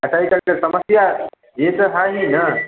अच्छा समस्या ये तो है ही ना